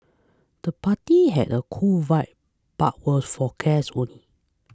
the party had a cool vibe but was for guests only